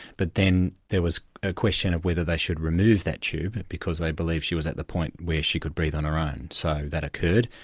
but then there was a question of whether they should remove that tube because they believed she was at the point where she could breathe on her own. so that occurred.